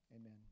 Amen